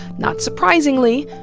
not surprisingly,